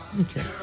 Okay